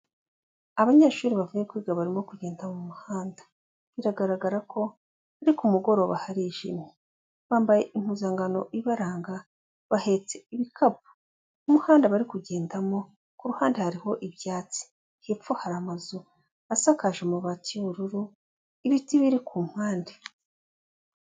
Abanyeshuri bavuye kwiga barimo kugenda mu muhanda, biragaragara ko ari ku mugoroba, harijimye, bambaye impuzankano ibaranga, bahetse ibikapu, umuhanda bari kugendamo ku ruhande hariho ibyatsi, hepfo hari amazu asakaje umubati y'ubururu, ibiti biri ku mpande.